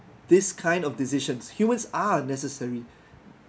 these kind of decisions humans are necessary